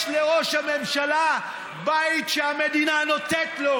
יש לראש הממשלה בית שהמדינה נותנת לו,